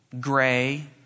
gray